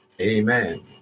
Amen